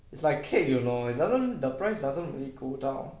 it's like cake you know it's doesn't the price doesn't really go down